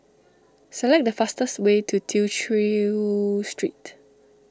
select the fastest way to Tew Chew Street